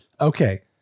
okay